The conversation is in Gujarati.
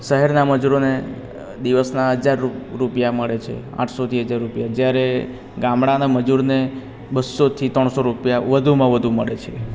શહેરના મજૂરોને દિવસના હજાર રૂપિયા મળે છે આઠસોથી હજાર રૂપિયા જ્યારે ગામડાના મજૂરને બસોથી ત્રણસો રૂપિયા વધુમાં વધુ મળે છે